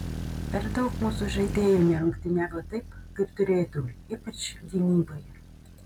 per daug mūsų žaidėjų nerungtyniavo taip kaip turėtų ypač gynyboje